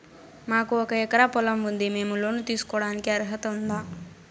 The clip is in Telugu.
మాకు ఒక ఎకరా పొలం ఉంది మేము లోను తీసుకోడానికి అర్హత ఉందా